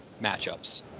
matchups